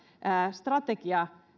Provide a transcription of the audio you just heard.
strategian